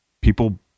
people